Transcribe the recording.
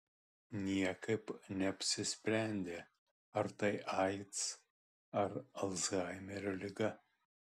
niekaip neapsisprendė ar tai aids ar alzheimerio liga